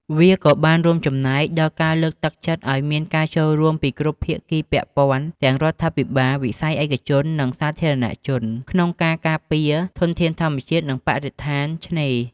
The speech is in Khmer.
វាក៏បានរួមចំណែកដល់ការលើកទឹកចិត្តឲ្យមានការចូលរួមពីគ្រប់ភាគីពាក់ព័ន្ធ ទាំងរដ្ឋាភិបាល វិស័យឯកជន និងសាធារណជន ក្នុងការការពារធនធានធម្មជាតិ និងបរិស្ថានឆ្នេរ។